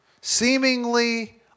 seemingly